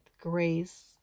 grace